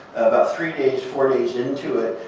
about three days, four days into it,